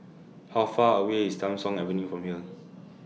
How Far away IS Tham Soong Avenue from here